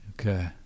Okay